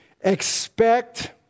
Expect